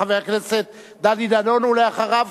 חבר הכנסת דני דנון, בבקשה.